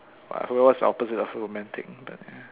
I don't know what's the opposite of romantic but ya